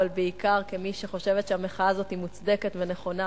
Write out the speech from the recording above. אבל בעיקר כמי שחושבת שהמחאה הזאת היא מוצדקת ונכונה: